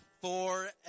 forever